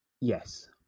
Yes